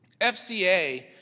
FCA